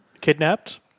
kidnapped